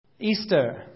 Easter